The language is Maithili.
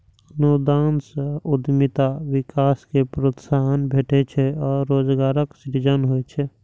अनुदान सं उद्यमिता विकास कें प्रोत्साहन भेटै छै आ रोजगारक सृजन होइ छै